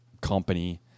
company